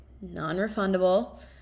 non-refundable